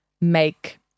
make